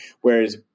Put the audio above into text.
whereas